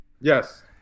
yes